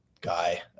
guy